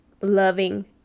loving